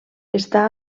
està